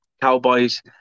Cowboys